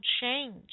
change